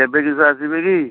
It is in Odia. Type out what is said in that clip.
ଏବେ କିସ ଆସିବେ କି